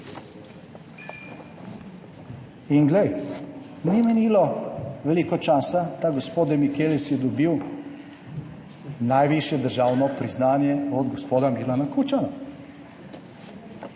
In glej, ni minilo veliko časa, da je gospod De Michelis dobil najvišje državno priznanje od gospoda Milana Kučana.